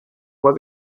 was